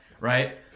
right